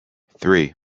three